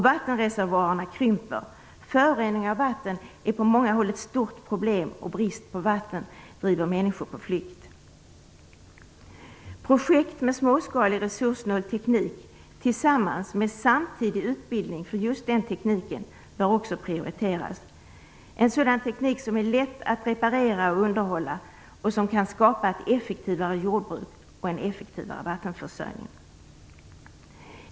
Vattenreservoarerna krymper. Förorening av vatten är på många håll ett stort problem, och brist på vatten driver människor på flykt. Projekt med småskalig och resurssnål teknik tillsammans med samtidig utbildning för just den tekniken bör också prioriteras, en teknik som gör det lätt att reparera och underhålla och som kan skapa ett effektivare jordbruk och en effektivare vattenförsörjning.